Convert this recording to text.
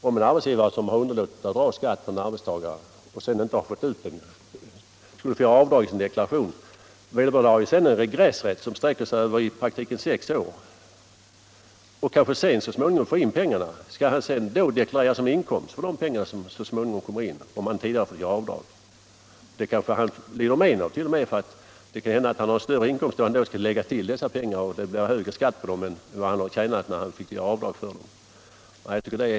Om en arbetsgivare har underlåtit att dra skatt av en arbetstagare och sedan inte kan få in beloppet igen, så skulle han enligt den moderata reservationen ha rätt att yrka avdrag härför i sin deklaration. Arbetsgivaren har då gentemot arbetstagaren en regressrätt som i praktiken sträcker sig över sex år. Men om han så småningom får in pengarna, skall han då deklarera dem som inkomst, om han tidigare har fått göra avdrag för dem? Det kanske han t.o.m. lider men av, eftersom det kan hända att han då har större inkomst, och om han då lägger till dessa pengar till sin inkomst får han högre skatt på dem än vad han tjänade när han fick göra avdrag.